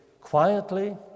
quietly